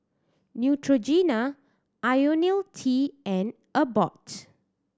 Neutrogena Ionil T and Abbott